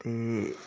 ਅਤੇ